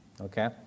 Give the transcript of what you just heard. Okay